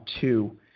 two